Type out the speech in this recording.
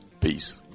peace